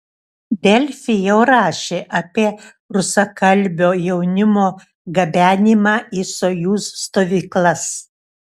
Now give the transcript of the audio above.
delfi jau rašė apie rusakalbio jaunimo gabenimą į sojuz stovyklas